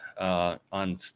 on